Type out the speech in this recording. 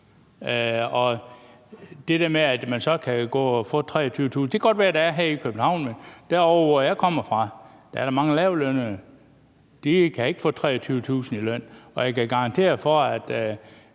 det der med, at man så kan få 23.000 kr. Det kan godt være, det er sådan i København, men derovre, hvor jeg kommer fra, er der mange lavtlønnede. De kan ikke få 23.000 kr. i løn. Og jeg kan garantere for, at